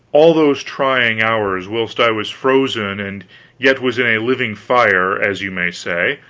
all those trying hours whilst i was frozen and yet was in a living fire, as you may say,